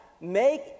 make